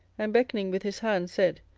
and beckoning with his hand said,